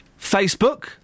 Facebook